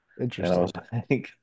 Interesting